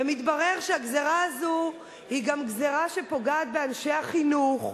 ומתברר שהגזירה הזאת היא גם גזירה שפוגעת באנשי החינוך.